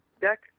deck